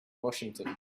washington